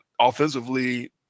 offensively